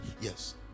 yes